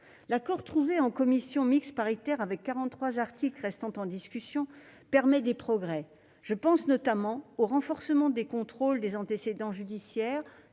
L'accord trouvé en commission mixte paritaire sur les quarante-trois articles restant en discussion permet des progrès. Je pense notamment au renforcement des contrôles des antécédents judiciaires